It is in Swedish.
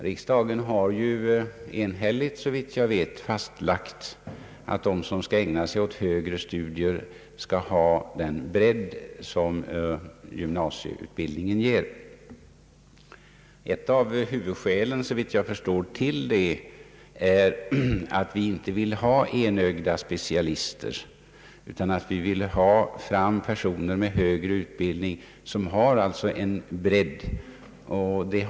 Riksdagen har, enhälligt såvitt jag vet, fastlagt att de som ägnar sig åt högre studier skall ha den bredd på utbildningen som gymnasiet ger. Ett av huvudskälen till det är, såvitt jag förstår, att vi inte vill ha enögda specialister utan personer som förutom den högre utbildningen också erhållit en bred grundutbildning.